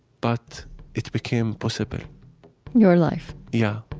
but it became possible your life? yeah